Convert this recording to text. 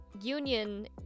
union